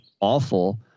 awful